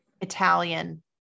italian